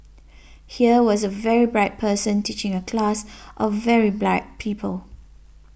here was a very bright person teaching a class of very bright people